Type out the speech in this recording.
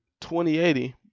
2080